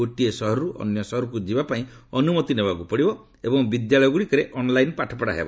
ଗୋଟିଏ ସହରରୁ ଅନ୍ୟ ସହରକୁ ଯିବା ପାଇଁ ଅନୁମତି ନେବାକୁ ପଡ଼ିବ ଏବଂ ବିଦ୍ୟାଳୟ ଗୁଡ଼ିକରେ ଅନ୍ଲାଇନ୍ ପାଠପଢ଼ା ହେବ